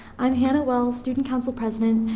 i'm hannah wells, student council president,